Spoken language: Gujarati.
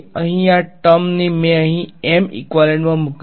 અહીં આ ટર્મ ને મે અહી M ઈકવાલેંટ મા મુક્યુ છે